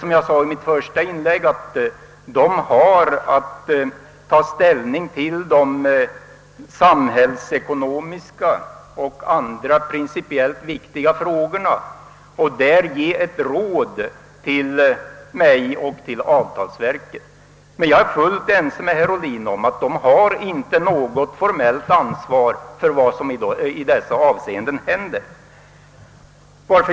Som jag sade i mitt första inlägg har lönedelegationen till uppgift att ta ställning till de samhällsekonomiska frågorna och andra principiellt viktiga frågor och ge råd i dessa hänseenden till avtalsverket och mig. Jag är helt ense med herr Ohlin om att lönedelegationen inte har något formellt ansvar för vad som händer.